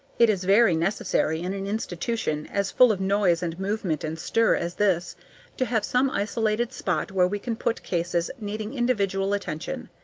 it is very necessary in an institution as full of noise and movement and stir as this to have some isolated spot where we can put cases needing individual attention.